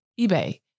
eBay